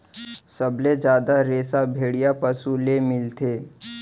सबले जादा रेसा भेड़िया पसु ले मिलथे